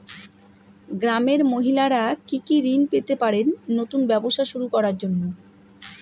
গ্রামের মহিলারা কি কি ঋণ পেতে পারেন নতুন ব্যবসা শুরু করার জন্য?